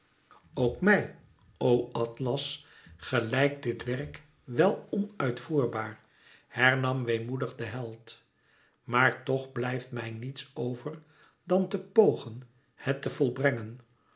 ook mij o atlas gelijkt dit werk wel onuitvoerbaar hernam weemoedig de held maar toch blijft mij niets over dan te pogen het te volbrengen